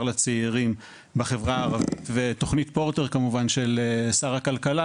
לצעירים בחברה הערבית ותכנית פורטר של שר הכלכלה,